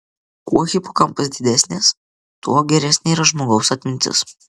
kuo hipokampas didesnės tuo geresnė yra žmogaus atmintis